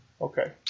Okay